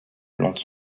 plantes